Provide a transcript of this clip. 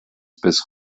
bis